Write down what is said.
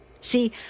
See